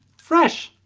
fresh!